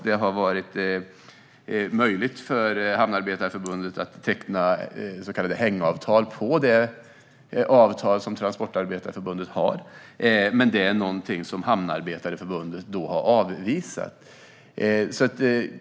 Det har varit möjligt för Hamnarbetarförbundet att teckna så kallade hängavtal på det avtal som Transportarbetarförbundet har, men det är någonting som Hamnarbetarförbundet har avvisat.